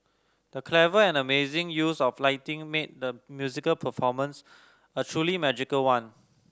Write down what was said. the clever and amazing use of lighting made the musical performance a truly magical one